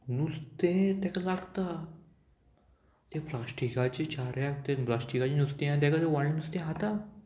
नुस्तें तेका लागता तें प्लास्टिकाच्या चाऱ्याक तें प्लास्टिकाचें नुस्तें आसा तेका तें व्हडलें नुस्तें खाता